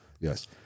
Yes